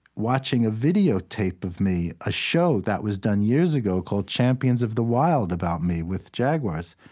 watching a videotape of me, a show that was done years ago, called champions of the wild, about me with jaguars.